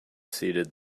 ceded